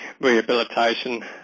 rehabilitation